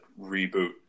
reboot